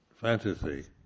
fantasy